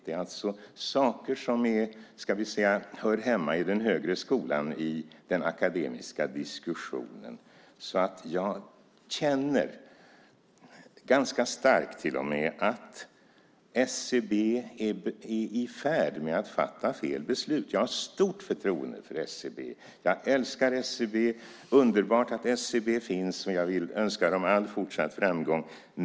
Det är saker som hör hemma i den högre skolan i den akademiska diskussionen. Jag känner, ganska starkt till och med, att SCB är i färd med att fatta fel beslut. Jag har stort förtroende för SCB. Jag älskar SCB. Det är underbart att SBC finns, och jag vill önska dem all fortsatt framgång.